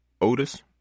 Otis